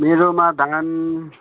मेरोमा धान